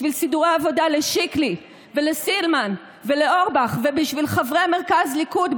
בשביל סידורי עבודה לשיקלי ולסילמן ולאורבך ובשביל חברי מרכז ליכוד,